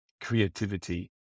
creativity